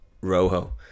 Rojo